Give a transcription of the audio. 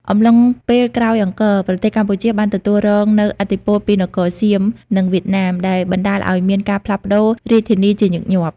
អំឡុងពេលក្រោយអង្គរ ប្រទេសកម្ពុជាបានទទួលរងនូវឥទ្ធិពលពីនគរសៀម និងវៀតណាម ដែលបណ្តាលឱ្យមានការផ្លាស់ប្តូររាជធានីជាញឹកញាប់។